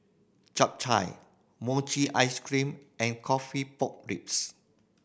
Chap Chai mochi ice cream and coffee pork ribs